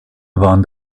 waren